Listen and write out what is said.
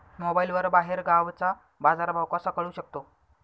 मोबाईलवर बाहेरगावचा बाजारभाव कसा कळू शकतो?